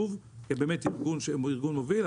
שהוא ארגון מוביל,